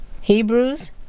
Hebrews